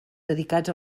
dedicats